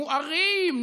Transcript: מוארים,